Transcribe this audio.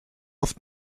oft